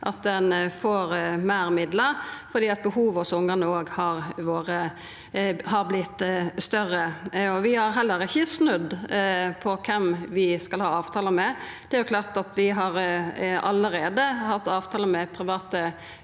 at ein får meir midlar fordi behova hos ungane no har vorte større. Vi har heller ikkje snudd på kven vi skal ha avtalar med. Det er klart at vi allereie har hatt avtalar med private